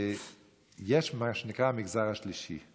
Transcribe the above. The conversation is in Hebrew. יש מה שנקרא המגזר השלישי.